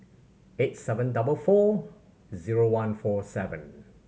eight seven double four zero one four seven